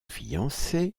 fiancée